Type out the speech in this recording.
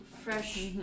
Fresh